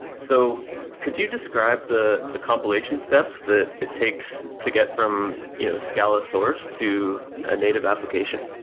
so could you describe the the compilation steps that it takes to get from you know scala source to a native application?